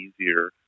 easier